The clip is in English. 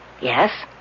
Yes